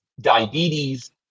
diabetes